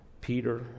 Peter